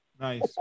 nice